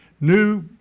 new